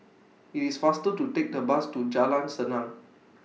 IT IS faster to Take The Bus to Jalan Senang